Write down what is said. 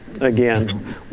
again